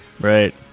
right